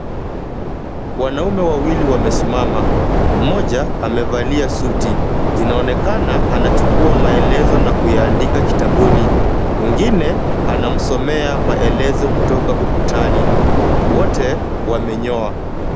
Wanaume wawili wamesimama. Mmoja amevalia suti. Inaonekana anachukua maelezo na kuyaandika kitabuni. Mwingine anamsomea maelezo kutoka ukutani, wote wamenyoa.